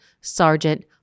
Sergeant